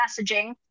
messaging